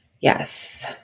Yes